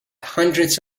hundreds